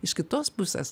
iš kitos pusės